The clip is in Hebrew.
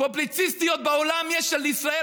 פובליציסטיות בעולם יש על ישראל,